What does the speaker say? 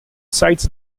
sides